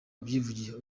abyivugira